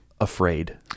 afraid